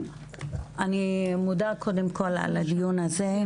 אני מודה קודם כל על הדיון הזה.